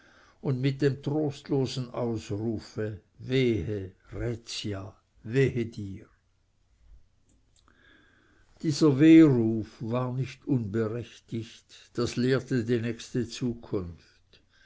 und mit dem trostlosen ausrufe wehe rhätia wehe dir dieser weheruf war nicht unberechtigt das lehrte die nächste zukunft